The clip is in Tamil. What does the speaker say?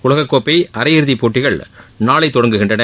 உலகக்கோப்பை அரையிறுதிப்போட்டிகள் நாளை தொடங்குகின்றன